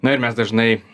na ir mes dažnai